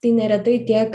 tai neretai tiek